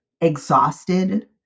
exhausted